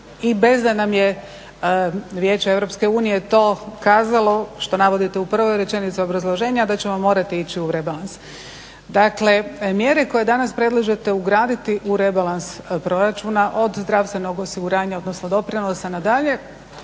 i bez da nam je Vijeće Europske unije to kazalo što navodite u prvoj rečenici obrazloženja da ćemo morati ići u rebalans. Dakle, mjere koje danas predlažete ugraditi u rebalans proračuna od zdravstvenog osiguranja, odnosno doprinosa na dalje